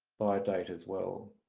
by date as well.